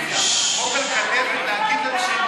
אני לא הצבעתי כי אמרתם שאתם בעד.